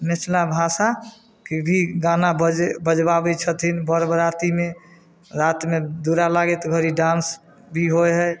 मिथला भाषाके भी गाना बजै बजबाबै छथिन बर बरातीमे रातिमे दुरा लागैत घड़ी डांस भी होइ है